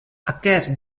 aquest